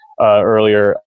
earlier